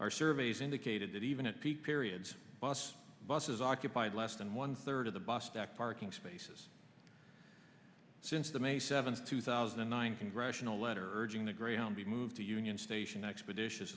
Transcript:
our surveys indicated that even at peak periods bus buses occupied less than one third of the bus back parking spaces since the may seventh two thousand and nine congressional letter urging the greyhound be moved to union station expeditious